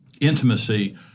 intimacy